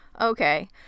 Okay